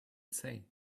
say